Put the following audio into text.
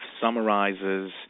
summarizes